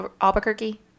Albuquerque